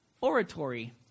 oratory